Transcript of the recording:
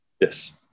Yes